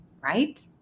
right